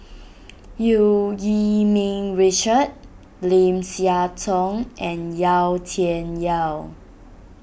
Eu Yee Ming Richard Lim Siah Tong and Yau Tian Yau